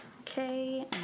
Okay